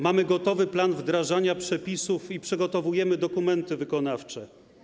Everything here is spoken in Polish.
Mamy gotowy plan wdrażania przepisów i przygotowujemy dokumenty wykonawcze.